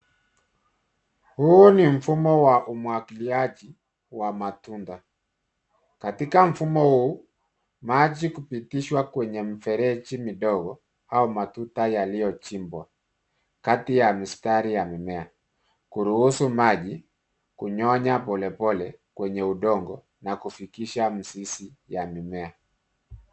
Huu ni mfumo wa umwagiliaji wa matunda. Katika mfumo huu, maji kupitishwa kwenye mifereji midogo au matuta yaliyochimbwa kati ya mistari ya mimea kuruhusu maji kunyonywa polepole kwenye. udongo na kufikisha mzizi ya mimea.